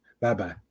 Bye-bye